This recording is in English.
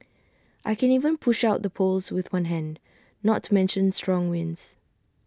I can even push out the poles with one hand not to mention strong winds